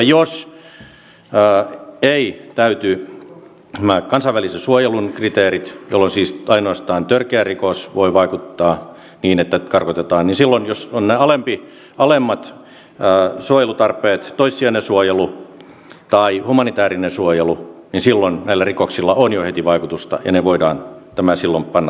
jos eivät täyty nämä kansainvälisen suojelun kriteerit jolloin siis ainoastaan törkeä rikos voi vaikuttaa niin että karkotetaan silloin jos on nämä alemmat suojelutarpeet toissijainen suojelu tai humanitäärinen suojelu näillä rikoksilla on jo heti vaikutusta ja ne voidaan silloin panna käytäntöön